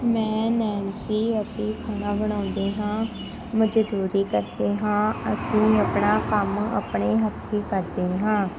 ਮੈਂ ਨੈਨਸੀ ਅਸੀਂ ਖਾਣਾ ਬਣਾਉਂਦੇ ਹਾਂ ਮਜ਼ਦੂਰੀ ਕਰਦੇ ਹਾਂ ਅਸੀਂ ਆਪਣਾ ਕੰਮ ਆਪਣੇ ਹੱਥੀਂ ਕਰਦੇ ਹਾਂ